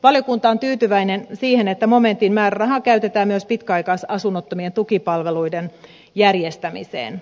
valiokunta on tyytyväinen siihen että momentin määrärahaa käytetään myös pitkäaikaisasunnottomien tukipalveluiden järjestämiseen